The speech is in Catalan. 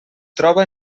troba